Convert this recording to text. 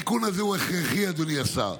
התיקון הזה הוא הכרחי, אדוני השר.